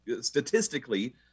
statistically